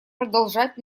продолжать